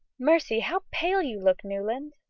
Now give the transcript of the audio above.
mercy, how pale you look, newland!